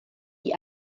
die